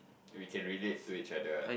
we can relate to each other ah